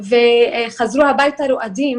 והם חזרו הביתה רועדים.